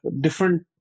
different